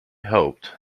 hoped